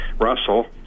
Russell